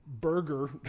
burger